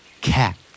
cat